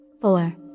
Four